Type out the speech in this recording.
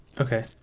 Okay